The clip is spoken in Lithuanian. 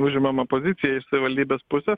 užimama pozicija iš savivaldybės pusės